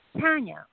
Tanya